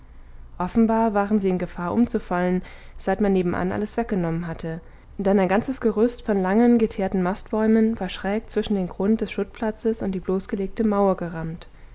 offenbar waren sie in gefahr umzufallen seit man nebenan alles weggenommen hatte denn ein ganzes gerüst von langen geteerten mastbäumen war schräg zwischen den grund des schuttplatzes und die bloßgelegte mauer gerammt